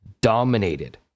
dominated